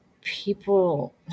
people